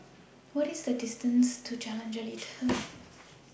What IS The distance to Jalan Jelita